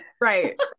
Right